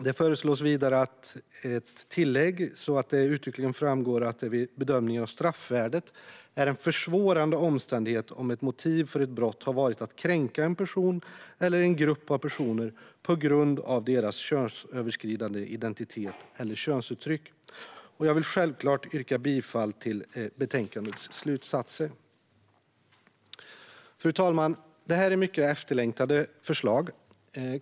Det föreslås vidare ett tillägg så att det uttryckligen framgår att det vid bedömningen av straffvärdet är en försvårande omständighet om ett motiv för ett brott har varit att kränka en person eller en grupp av personer på grund av deras könsöverskridande identitet eller könsuttryck. Jag vill självklart yrka bifall till slutsatserna i betänkandet. Det här är mycket efterlängtade förslag.